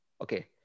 Okay